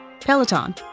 Peloton